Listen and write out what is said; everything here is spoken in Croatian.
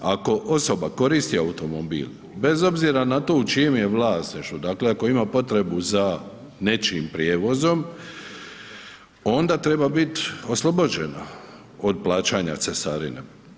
Ako osoba koristi automobil, bez obzira na to u čijem je vlasništvu, dakle ako ima potrebu za nečijim prijevozom onda treba biti oslobođeno od plaćanja cestarine.